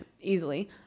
easily